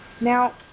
Now